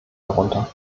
darunter